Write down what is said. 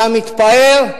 אתה מתפאר,